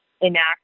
enact